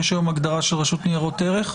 יש היום הגדרה של רשות ניירות ערך?